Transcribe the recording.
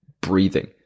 breathing